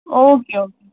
okay okay